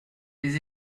les